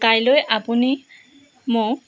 কাইলৈ আপুনি মোক